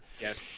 Yes